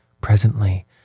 presently